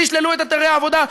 תשללו את היתרי העבודה,